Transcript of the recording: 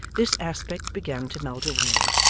this aspect began to melt away,